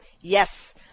yes